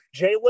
Jalen